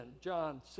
John